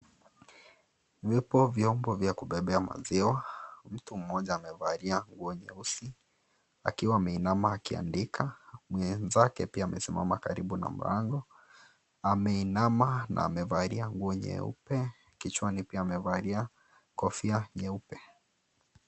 Vipo vyombo vya kubebea maziwa, mtu mmoja amevalia nguo nyeusi akiwa ameinama akiandika, mwenzake pia amesimama karibu na mlango, ameinama na amevalia nguo nyeupe kichwani pia amevalia kofia nyeupe.